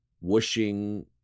whooshing